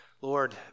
Lord